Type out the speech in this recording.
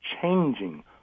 changing